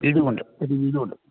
വീടുമുണ്ട് ഒരു വീടുമുണ്ട്